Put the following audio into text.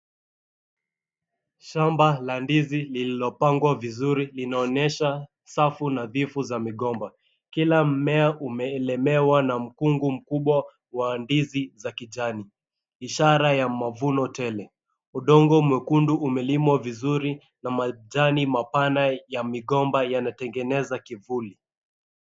Shamba la ndizi lililopangwa vizuri linaonyesha safu nadhifu za migomba. Kila mmea umeelemewa na mkungu mkubwa wa ndizi za kijani, ishara ya mavuno tele. Udongo mwekundu umelimwa vizuri, na majani mapana ya migomba yanatengeneza kivuli.